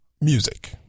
music